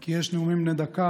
כי יש נאומים בני דקה,